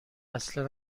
اصلا